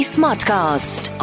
Smartcast